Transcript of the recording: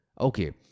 Okay